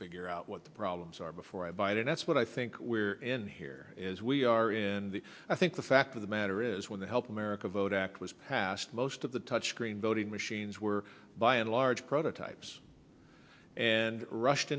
figure out what the problems are before i buy it and that's what i think we're in here as we are in the i think the fact of the matter is when the help america vote act was passed most of the touch screen voting machines were by and large prototypes and rushed